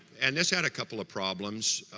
and this had a couple of problems.